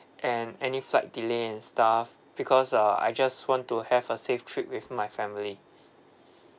and any flight delay and stuff because uh I just want to have a safe trip with my family